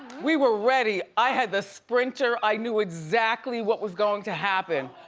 we were ready, i had the sprinter, i knew exactly what was going to happen.